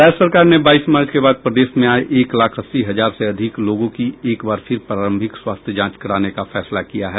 राज्य सरकार ने बाईस मार्च के बाद प्रदेश में आये एक लाख अस्सी हजार से अधिक लोगों की एक बार फिर प्रारंभिक स्वास्थ्य जांच कराने का फैसला किया है